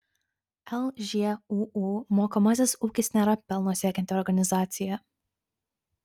lžūu mokomasis ūkis nėra pelno siekianti organizacija